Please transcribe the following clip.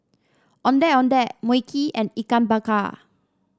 Ondeh Ondeh Mui Kee and Ikan Bakar